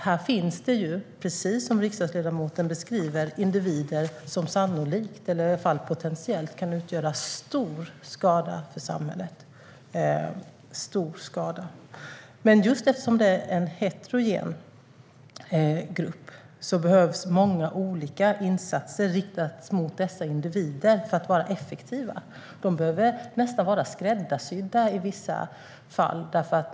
Här finns, precis som riksdagsledamoten beskriver, individer som sannolikt eller i varje fall potentiellt kan göra stor skada i samhället. Just eftersom det är en heterogen grupp behövs många olika insatser riktas mot dessa individer för att vara effektiva. De behöver nästan vara skräddarsydda i vissa fall.